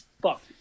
fuck